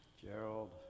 Gerald